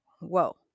whoa